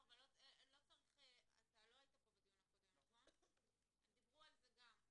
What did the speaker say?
לא היית פה בדיון הקודם הם דיברו על זה, גם.